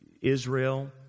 Israel